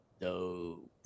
dope